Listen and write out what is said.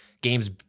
games